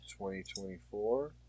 2024